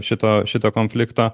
šito šito konflikto